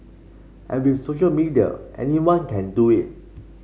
and with social media anyone can do it